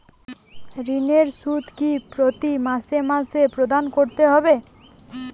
ঋণের সুদ কি প্রতি মাসে মাসে প্রদান করতে হবে?